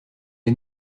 est